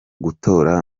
gutora